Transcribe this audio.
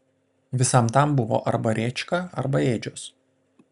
visam tam buvo arba rėčka arba ėdžios